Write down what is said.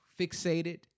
fixated